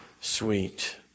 sweet